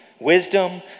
wisdom